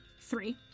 Three